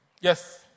Yes